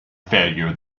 failure